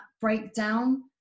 breakdown